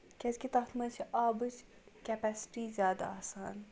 کیٛازِکہِ تَتھ منٛز چھِ آبٕچ کٮ۪پیسٹی زیادٕ آسان